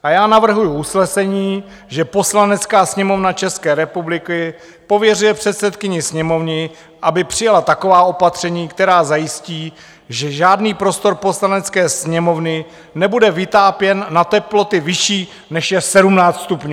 A já navrhuji usnesení, že Poslanecká sněmovna České republiky pověřuje předsedkyni Sněmovny, aby přijala taková opatření, která zajistí, že žádný prostor Poslanecké sněmovny nebude vytápěn na teploty vyšší než je 17 stupňů.